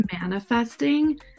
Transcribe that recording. manifesting